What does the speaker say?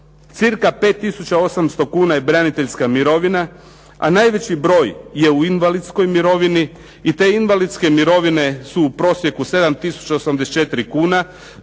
Cirka 5800 kuna je braniteljska mirovina, a najveći broj je u invalidskoj mirovini i te invalidske mirovine su u prosjeku 7084 kuna